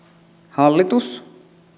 hallitus